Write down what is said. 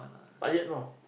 tired know